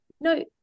no